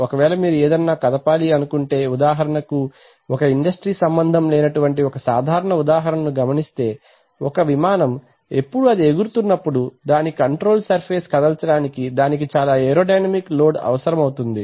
ఒకవేళ మీరు ఏదన్నా కదపాలి అనుకుంటే ఉదాహరణకు ఒక ఇండస్ట్రీకి సంబంధం లేనటువంటి ఒక సాధారణ ఉదాహరణ ను గమనిస్తే ఒక విమానం ఎప్పుడు అది ఎగురుతున్నప్పుడు దాని కంట్రోల్ సర్ఫేస్ కదల్చడానికి దానికి చాలా ఏరో డైనమిక్ లోడ్ అవసరమవుతుంది